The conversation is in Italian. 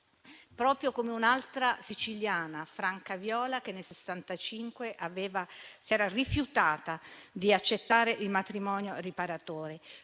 proprio come un’altra siciliana, Franca Viola, che nel 1965 si era rifiutata di accettare il matrimonio riparatore.